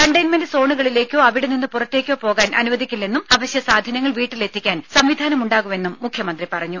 containment സോണുകളിലേക്കോ അവിടെ നിന്ന് പുറത്തേക്കോ പോകാൻ അനുവദിക്കില്ലെന്നും അവശ്യ സാധനങ്ങൾ വീട്ടിലെത്തിക്കാൻ സംവിധാനം ഉണ്ടാകുമെന്നും മുഖ്യമന്ത്രി പറഞ്ഞു